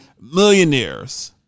millionaires